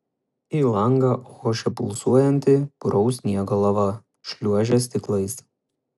į langą ošė pulsuojanti puraus sniego lava šliuožė stiklais